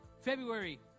February